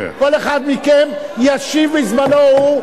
כל אחד מכם ישיב בזמנו הוא.